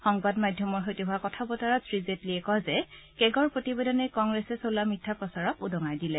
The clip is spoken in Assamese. সংবাদ মাধ্যমৰ সৈতে হোৱা কথা বতৰাত শ্ৰী জেটলীয়ে কয় যে কেগৰ প্ৰতিবেদনে কংগ্ৰেছে চলোৱা মিথ্যা প্ৰচাৰক উদঙাই দিলে